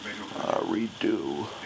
redo